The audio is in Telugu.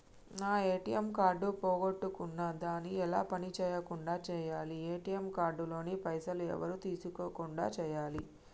నా ఏ.టి.ఎమ్ కార్డు పోగొట్టుకున్నా దాన్ని ఎలా పని చేయకుండా చేయాలి ఏ.టి.ఎమ్ కార్డు లోని పైసలు ఎవరు తీసుకోకుండా చేయాలి?